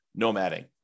nomading